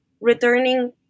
returning